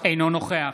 אינו נוכח